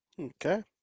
Okay